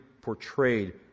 portrayed